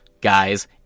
guys